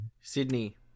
Sydney